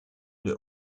der